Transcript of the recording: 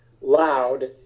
loud